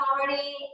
already